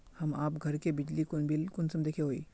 हम आप घर के बिजली बिल कुंसम देखे हुई?